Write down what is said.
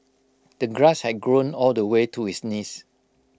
the grass had grown all the way to his knees